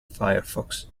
firefox